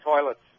toilets